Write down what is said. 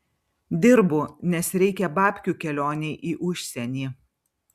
dirbu nes reikia babkių kelionei į užsienį